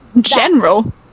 General